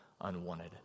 unwanted